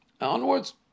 onwards